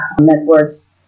networks